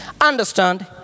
understand